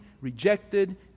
rejected